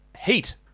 Heat